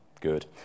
Good